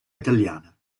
italiana